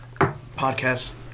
Podcast